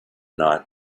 night